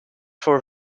for